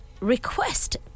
request